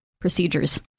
procedures